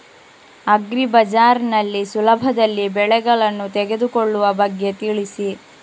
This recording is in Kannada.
ಅಗ್ರಿ ಬಜಾರ್ ನಲ್ಲಿ ಸುಲಭದಲ್ಲಿ ಬೆಳೆಗಳನ್ನು ತೆಗೆದುಕೊಳ್ಳುವ ಬಗ್ಗೆ ತಿಳಿಸಿ